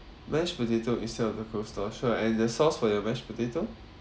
mashed potato instead of the coleslaw sure and the sauce for your mashed potato